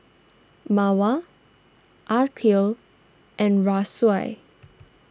Mawar Aqil and Raisya